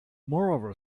moreover